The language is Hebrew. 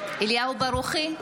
אליהו ברוכי,